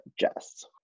Jess